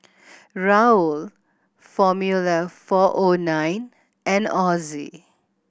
Raoul Formula Four O Nine and Ozi